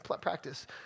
practice